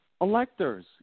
electors